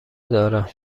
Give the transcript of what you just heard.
دارم